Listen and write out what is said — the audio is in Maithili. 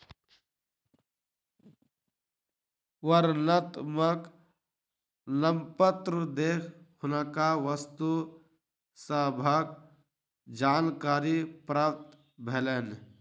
वर्णनात्मक नामपत्र देख हुनका वस्तु सभक जानकारी प्राप्त भेलैन